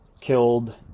killed